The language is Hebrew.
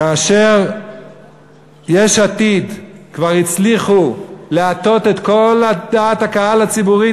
כאשר יש עתיד כבר הצליחו להטות את כל דעת הקהל הציבורית